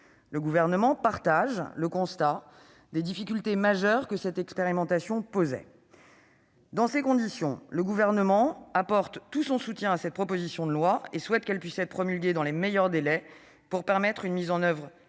Le Gouvernement partage le constat des difficultés majeures posées par cette expérimentation. Dans ces conditions, le Gouvernement apporte tout son soutien à cette proposition de loi et souhaite qu'elle puisse être promulguée dans les meilleurs délais pour permettre une mise en oeuvre